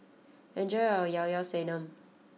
enjoy your Llao Llao Sanum